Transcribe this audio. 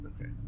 Okay